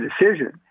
decision